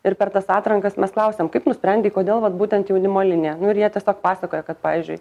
ir per tas atrankas mes klausiam kaip nusprendei kodėl vat būtent jaunimo linija nu ir jie tiesiog pasakoja kad pavyzdžiui